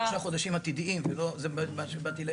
זה לגבי שלושה חודשים עתידיים, זה מה שבאתי להעיר.